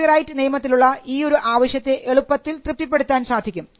copyright നിയമത്തിലുള്ള ഈ ഒരു ആവശ്യത്തെ എളുപ്പത്തിൽ തൃപ്തിപ്പെടുത്താൻ സാധിക്കും